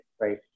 right